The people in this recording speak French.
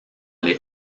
les